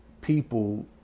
people